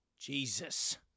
Jesus